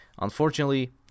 Unfortunately